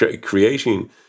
creating